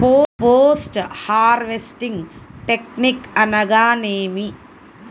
Post harvesting technique అనగా నేమి?